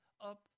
up